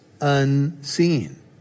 unseen